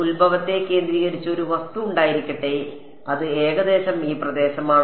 ഉത്ഭവത്തെ കേന്ദ്രീകരിച്ച് ഒരു വസ്തു ഉണ്ടായിരിക്കട്ടെ അത് ഏകദേശം ആ പ്രദേശത്താണ്